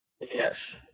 Yes